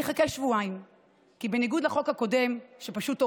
להגיב כי השר על הדוכן כרגע.